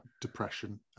depression